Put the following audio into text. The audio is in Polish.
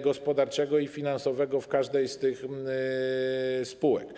gospodarczego i finansowego w każdej z tych spółek.